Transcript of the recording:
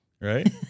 right